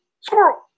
squirrel